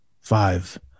five